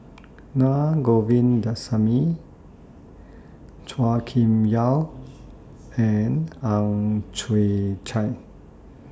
Na Govindasamy Chua Kim Yeow and Ang Chwee Chai